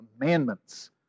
commandments